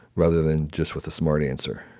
rather than just with a smart answer